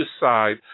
decide